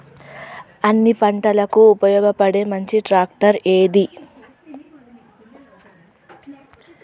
అన్ని పంటలకు ఉపయోగపడే మంచి ట్రాక్టర్ ఏది?